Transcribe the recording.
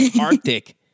Arctic